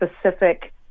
specific